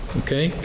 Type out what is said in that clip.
okay